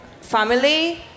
family